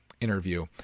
interview